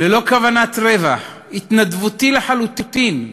ללא כוונת רווח, התנדבותי לחלוטין,